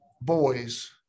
boys